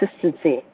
consistency